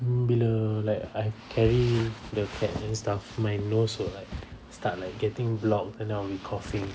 hmm bila like I have carry the cat and stuff my nose will like start like getting blocked then I'll be coughing